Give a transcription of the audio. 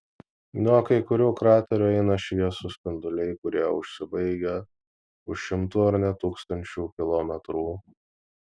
nuo kai kurių kraterių eina šviesūs spinduliai kurie užsibaigia už šimtų ar net tūkstančių kilometrų